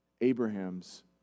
Abraham's